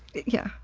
yeah.